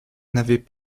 n’avaient